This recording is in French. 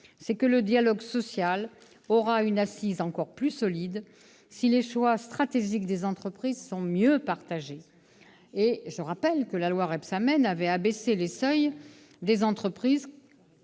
que le dialogue social aura une assise encore plus solide si les choix stratégiques des entreprises sont mieux partagés. Je rappellerai, à ce sujet, que la loi Rebsamen avait abaissé les seuils des effectifs